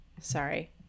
sorry